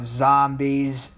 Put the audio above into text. zombies